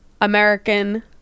American